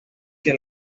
que